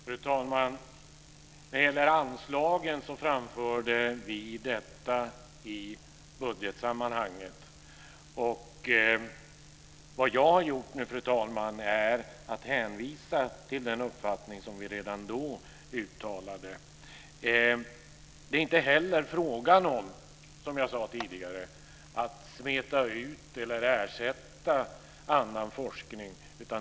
Fru talman! När det gäller anslagen framförde vi detta i budgetsammanhanget. Vad jag har gjort nu, fru talman, är att hänvisa till den uppfattning som vi redan då uttalade. Det är inte heller fråga om, som jag sade tidigare, att smeta ut eller ersätta annan forskning.